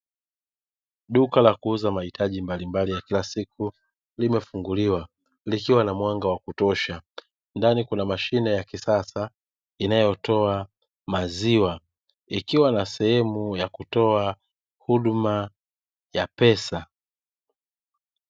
Duka la kuuza mahitaji mbalimbali ya kila siku limefunguliwa likiwa na mwanga wa kutosha, ndani kuna mashine ya kisasa inayotoa maziwa ikiwa na sehemu ya kutoa huduma ya pesa.